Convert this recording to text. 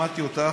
שמעתי אותך,